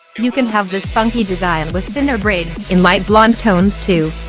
you can have this funky design with thinner braids in light blonde tones too.